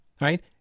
right